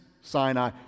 Sinai